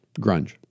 grunge